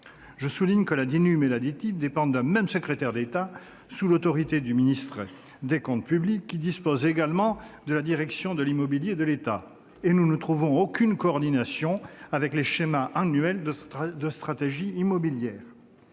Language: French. Je souligne que la Dinum et la DITP dépendent d'un même secrétaire d'État sous l'autorité du ministre de l'action et des comptes publics qui dispose également de la direction de l'immobilier de l'État. Or nous ne trouvons aucune coordination avec les schémas annuels de stratégie immobilière.